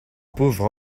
pauvre